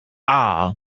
aye